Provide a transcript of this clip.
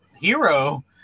hero